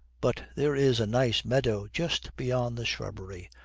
but there is a nice meadow just beyond the shrubbery.